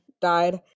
died